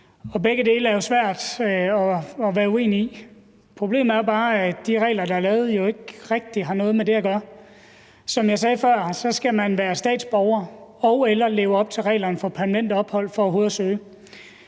Begge dele er jo svært at være uenig i. Problemet er bare, at de regler, der er lavet, ikke rigtig har noget med det at gøre. Som jeg sagde før, skal man være statsborger og/eller leve op til reglerne for permanent ophold for overhovedet at søge.